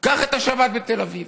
קח את השבת בתל אביב.